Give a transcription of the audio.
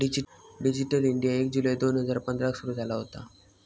digital India एक जुलै दोन हजार पंधराक सुरू झाला होता